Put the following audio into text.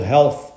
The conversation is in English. Health